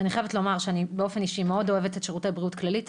אני חייבת לומר שאני באופן אישי מאוד אוהבת את שירותי בריאות כללית,